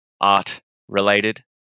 art-related